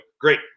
great